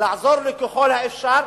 ולעזור לו ככל האפשר,